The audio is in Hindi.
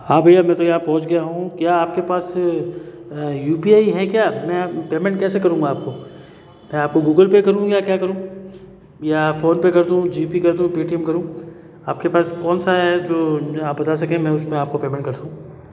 हाँ भैया मैं तो यहाँ पहुँच गया हूँ क्या आपके पास यू पी आई है क्या मैं पेमेंट कैसे करूँगा आपको आपको गूगल पे करूँ या क्या करूँ या फ़ोनपे कर दूँ जीपे कर दूँ पेटीएम करूँ आपके पास कौन सा है जो आप बता सकें मैं उसमें आपको पेमेंट कर सकूँ